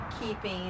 keeping